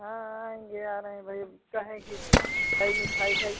हाँ आएँगे आ रहे भाई अब क्या है कि सही मिठाई विठाई